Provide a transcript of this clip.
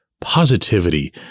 positivity